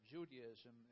Judaism